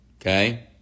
okay